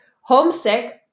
homesick